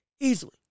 easily